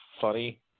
funny